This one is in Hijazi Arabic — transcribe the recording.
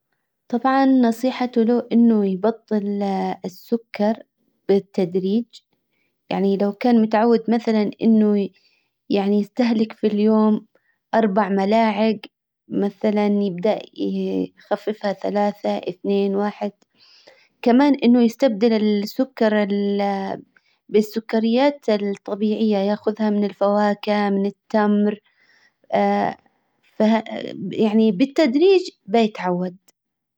طبعا نصيحة له انه يبطل السكر بالتدريج يعني لو كان متعود مثلا انه يعني يستهلك في اليوم اربع ملاعق مثلا يبدأ يخففها ثلاثة اثنين واحد كمان انه يستبدل السكر بالسكريات الطبيعية ياخذها من الفواكه من التمر يعني بالتدريج بيتعود.